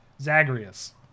Zagreus